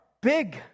big